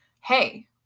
hey